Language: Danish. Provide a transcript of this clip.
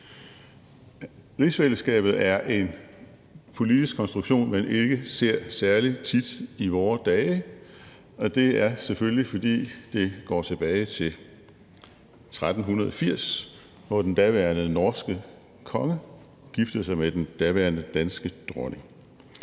Rigsfællesskabet er en politisk konstruktion, man ikke ser særlig tit i vore dage. Det er selvfølgelig, fordi det går tilbage til 1380, hvor den daværende norske konge giftede sig med den daværende danske dronning.